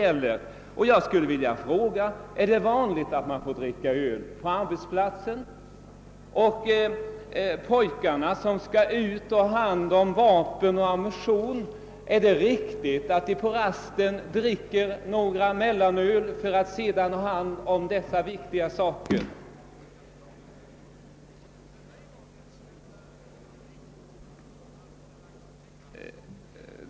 är det vanligt att man får dricka öl på arbetsplatsen? Är det riktigt att de pojkar, som har hand om vapen och ammunition, på rasten dricker några mellanöl för att sedan hantera farliga vapen.